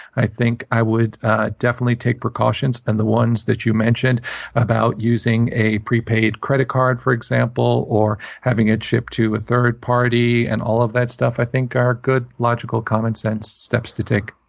i think i would definitely take precautions. and the ones that you mentioned about using a prepaid credit card, for example, or having it shipped to a third party and all of that stuff, i think, are good, logical, common sense steps to take.